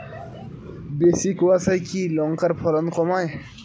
বেশি কোয়াশায় কি লঙ্কার ফলন কমায়?